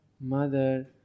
mother